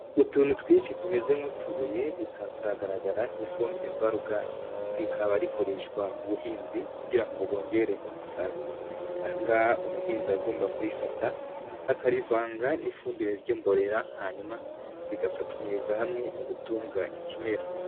Utuntu twinshi tumeze nk'utubuye gusa turagaragara nk'ifumbire mvaruganda, rikaba rikoreshwa mu buhinzi kugira ngo bongere umusaruro, aha ngaha umuhinzi aba agomba kurifata akarivanga n'ifumbire ry'imborera, hanyuma bigafatanyiriza hamwe mu gutunga ikimera.